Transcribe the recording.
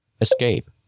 Escape